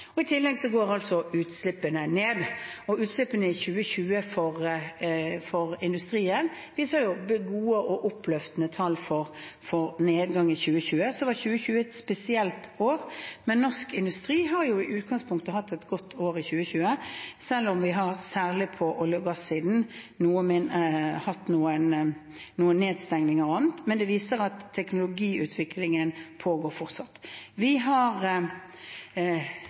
I tillegg går altså utslippene ned, og utslippene i 2020 for industrien viser gode og oppløftende tall for nedgang i 2020. Så var 2020 et spesielt år, men norsk industri har jo i utgangspunktet hatt et godt år i 2020, selv om vi, særlig på olje- og gassiden, har hatt noen nedstengninger og annet. Men det viser at teknologiutviklingen pågår fortsatt. Vi har